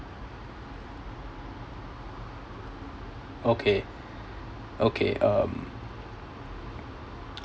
okay okay um